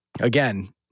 again